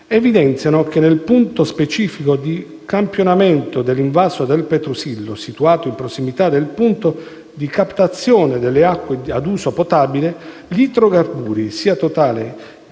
evidenziano che, nel punto specifico di campionamento dell'invaso del Pertusillo situato in prossimità del punto di captazione delle acque ad uso potabile, gli idrocarburi, sia totali